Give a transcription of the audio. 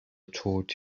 taught